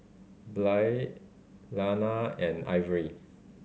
Blair Lana and Ivory